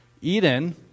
Eden